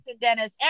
Dennis